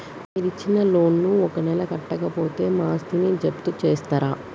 మీరు ఇచ్చిన లోన్ ను ఒక నెల కట్టకపోతే మా ఆస్తిని జప్తు చేస్తరా?